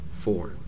four